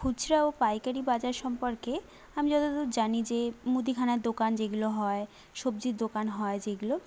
খুচরা ও পাইকারি বাজার সম্পর্কে আমি যতদূর জানি যে মুদিখানার দোকান যেগুলো হয় সবজির দোকান হয় যেগুলো